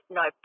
no